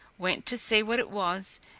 went to see what it was,